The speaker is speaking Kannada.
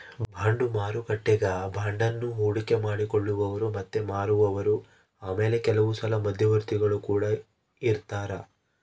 ಬಾಂಡು ಮಾರುಕಟ್ಟೆಗ ಬಾಂಡನ್ನ ಹೂಡಿಕೆ ಮಾಡಿ ಕೊಳ್ಳುವವರು ಮತ್ತೆ ಮಾರುವವರು ಆಮೇಲೆ ಕೆಲವುಸಲ ಮಧ್ಯವರ್ತಿಗುಳು ಕೊಡ ಇರರ್ತರಾ